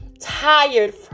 tired